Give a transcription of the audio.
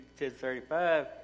1035